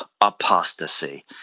apostasy